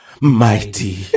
Mighty